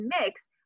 mix